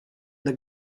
the